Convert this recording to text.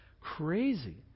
crazy